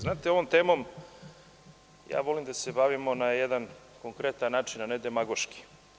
Znate, ovom temom volimo da se bavimo na jedan konkretan način, a ne demagoški.